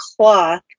cloth